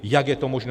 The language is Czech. Jak je to možné?